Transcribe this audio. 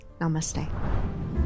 Namaste